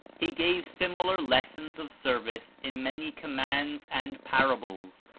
he gave similar lessons of service in many commands and parables,